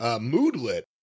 mood-lit